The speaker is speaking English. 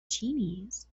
genies